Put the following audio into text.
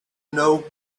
know